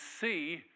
see